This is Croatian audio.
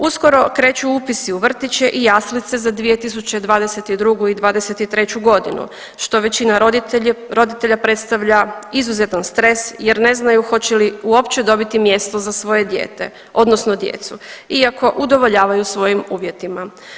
Uskoro kreću upisi u vrtiće i jaslice za 2022. i '23.g. što većina roditelja predstavlja izuzetan stres jer ne znaju hoće li uopće dobiti mjesto za svoje dijete odnosno djecu iako udovoljavaju svojim uvjetima.